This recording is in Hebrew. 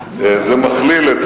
זה מכליל את